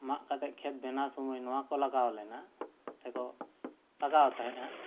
ᱢᱟᱜ ᱠᱟᱛᱮᱜ ᱠᱷᱮᱛ ᱵᱮᱱᱟᱣ ᱥᱚᱢᱚᱭ ᱱᱚᱣᱟ ᱠᱚ ᱞᱟᱜᱟᱣ ᱞᱮᱱᱟ ᱥᱮ ᱠᱚ ᱞᱟᱜᱟᱣ ᱛᱟᱦᱮᱸᱜᱼᱟ